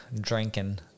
drinking